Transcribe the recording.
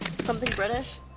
something british?